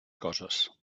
coses